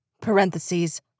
parentheses